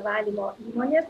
valymo įmonės